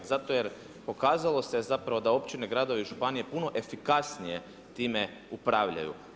Zato jer pokazalo da općine, gradovi, županije puno efikasnije time upravljaju.